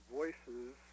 voices